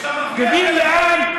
עיסאווי,